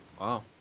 Wow